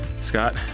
Scott